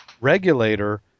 Regulator